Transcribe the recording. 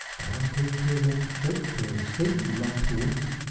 but i'll take care that the drug store is safely locked away.